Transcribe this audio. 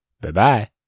bye-bye